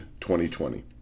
2020